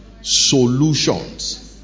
Solutions